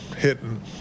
hitting